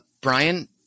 Brian